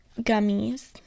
gummies